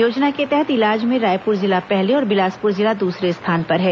योजना के तहत इलाज में रायपुर जिला पहले और बिलासपुर जिला दूसरे स्थान पर है